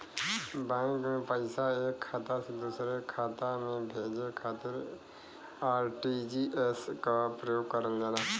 bank में पैसा एक खाता से दूसरे खाता में भेजे खातिर आर.टी.जी.एस क प्रयोग करल जाला